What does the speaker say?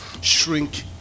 shrink